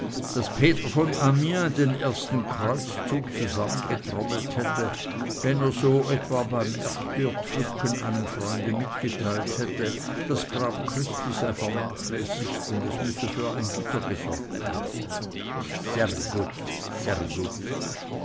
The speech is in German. daß peter von amiens den ersten kreuzzug zusammengetrommelt hätte wenn er so etwa beim erdbeerpflücken einem freunde mitgeteilt hätte das grab christi sei vernachlässigt und es müsse für ein gitter gesorgt werden sehr gutt sehr gutt